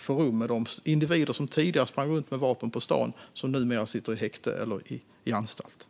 få rum med de individer som tidigare sprang runt med vapen på stan. De sitter numera i häkte eller på anstalt.